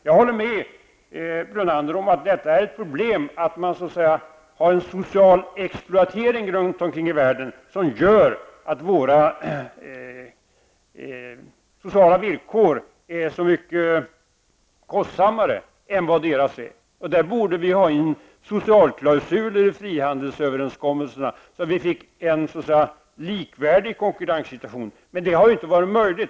Jag håller med Lennart Brunander att det är ett problem att det så att säga finns en social exploatering runt om i världen som gör att våra sociala villkor blir så mycket kostsammare jämfört med omvärlden. Därför borde vi ha en socialklausul, i frihandelsöverenskommelserna, så att vi kunde få en likvärdig konkurrenssituation. Men det har inte varit möjligt.